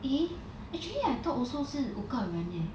eh actually I thought also 是五个人 leh